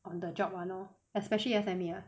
on the job [one] lor especially S_M_E ah